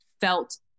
felt